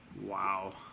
wow